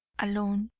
alone.